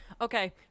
Okay